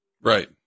Right